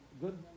good